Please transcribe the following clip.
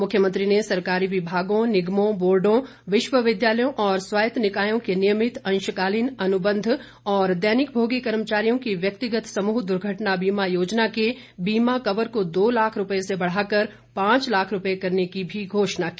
मुख्यमंत्री ने सरकारी विभागों निगमों बोर्डो विश्वविद्यालयों और स्वायत निकायों के नियमित अंशकालीन अनुबंध और दैनिक भोगी कर्मचारियों की व्यक्तिगत समूह दुर्घटना बीमा योजना के बीमा कवर को दो लाख रूपए से बढ़ाकर पांच लाख रूपए करने की भी घोषणा की